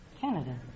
Canada